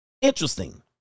Interesting